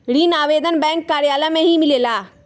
ऋण आवेदन बैंक कार्यालय मे ही मिलेला?